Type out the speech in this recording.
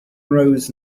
rose